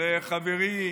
לחברי